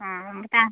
ହଁ ତା